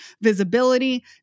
visibility